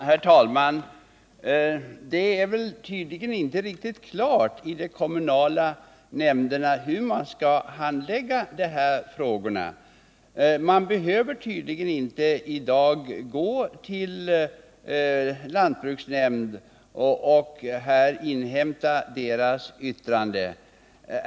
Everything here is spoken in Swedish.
Herr talman! Det är väl inte riktigt klart i de kommunala nämnderna hur man skall handlägga dessa frågor. Man behöver tydligen inte i dag gå till lantbruksnämnden och inhämta dess yttrande.